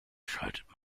schaltet